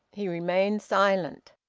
he remained silent.